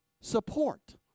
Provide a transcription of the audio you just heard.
support